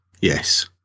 Yes